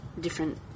different